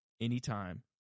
anytime